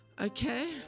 Okay